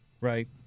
right